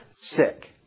sick